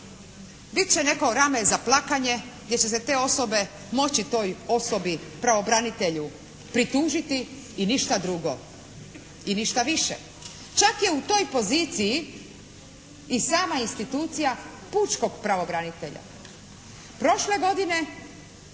Bit će neko rame za plakanje gdje će se te osobe moći toj osobi pravobranitelju pritužiti i ništa drugo i ništa više. Čak je u toj poziciji i sama institucija pučkog pravobranitelja. Prošle godine